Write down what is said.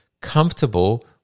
comfortable